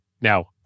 now